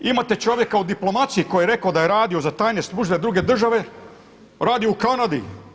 Imate čovjeka u diplomaciji koji je rekao da je radio za tajne službe druge države, radio je u Kanadi.